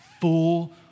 full